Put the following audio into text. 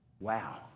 Wow